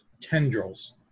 tendrils